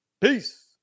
Peace